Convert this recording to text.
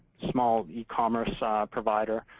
small yeah e-commerce ah provider,